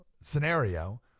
scenario